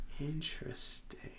Interesting